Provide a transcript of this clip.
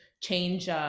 change